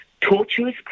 tortuous